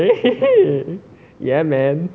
eh ya man